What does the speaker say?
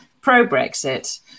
pro-brexit